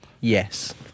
Yes